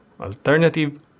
Alternative